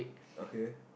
okay